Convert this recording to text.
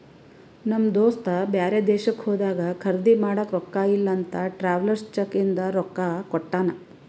ನಮ್ ದೋಸ್ತ ಬ್ಯಾರೆ ದೇಶಕ್ಕ ಹೋದಾಗ ಖರ್ದಿ ಮಾಡಾಕ ರೊಕ್ಕಾ ಇಲ್ಲ ಅಂತ ಟ್ರಾವೆಲರ್ಸ್ ಚೆಕ್ ಇಂದ ರೊಕ್ಕಾ ಕೊಟ್ಟಾನ